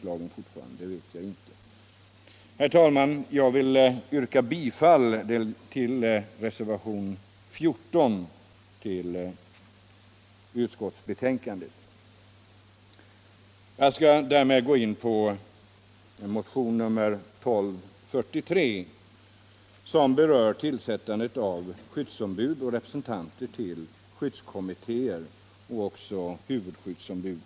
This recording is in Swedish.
Herr talman! Jag vill yrka bifall till reservationen 14. Jag skall därmed gå in på motion nr 1243 som berör tillsättandet av skyddsombud och representanter till skyddskommittéer liksom även huvudskyddsombud.